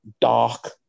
dark